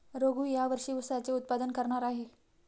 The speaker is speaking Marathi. रघू या वर्षी ऊसाचे उत्पादन करणार आहे